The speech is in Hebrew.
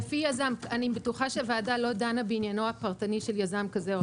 אני בטוחה שהוועדה לא דנה בעניינו הפרטני של יזם כזה או אחר.